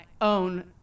own